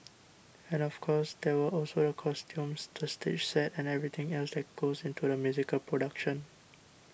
and of course there were also the costumes the stage sets and everything else that goes into a musical production